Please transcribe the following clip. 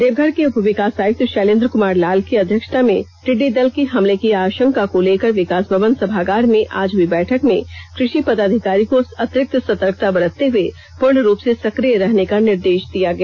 देवघर के उप विकास आयुक्त शैलेन्द्र कुमार लाल की अध्यक्षता में टिड्डी दल के हमले की आशंका को लेकर विकास भवन सभागार में आज हुई बैठक में कृषि पदाधिकारी को अतिरिक्त सतर्कता बरतते हुए पूर्ण रूप से सक्रिय रहने का निर्देश दिया गया